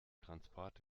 transport